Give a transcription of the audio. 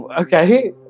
Okay